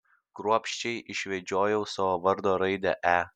kruopščiai išvedžiojau savo vardo raidę e